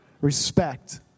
respect